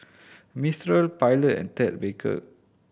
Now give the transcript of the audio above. Mistral Pilot and Ted Baker